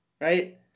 right